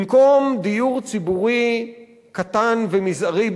במקום דיור ציבורי קטן ומזערי,